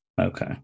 Okay